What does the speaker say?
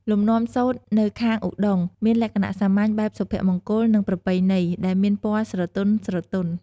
លំនាំសូត្រនៅខាងឩត្តុង្គ មានលក្ខណៈសាមញ្ញ បែបសុភមង្គល និងប្រពៃណី ដែលមានពណ៌ស្រទន់ៗ។